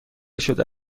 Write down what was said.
شده